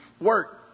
work